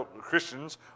Christians